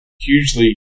hugely